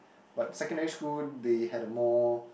but secondary school they had the more